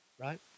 right